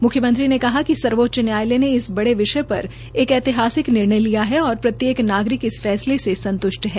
मुख्यमंत्री ने कहा कि सर्वोच्च न्यायालय ने इस बड़े विषय पर ऐतिहासिक निर्णय लिया है और प्रत्येक नागरिक इस फैसले से संत्ष्ठ है